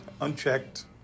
unchecked